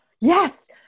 yes